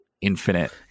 Infinite